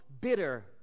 bitter